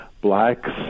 blacks